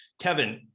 Kevin